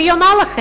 מי יאמר לכם?